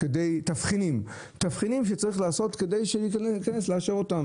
לקבוע תבחינים כדי שנתכנס לאשר אותם,